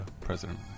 president